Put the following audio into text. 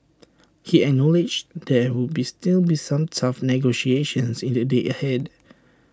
he acknowledged there would be still be some tough negotiations in the days ahead